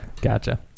gotcha